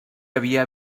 havia